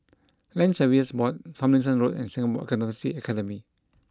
Land Surveyors Board Tomlinson Road and Singapore Accountancy Academy